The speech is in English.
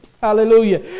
Hallelujah